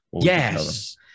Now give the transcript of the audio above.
Yes